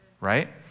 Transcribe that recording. right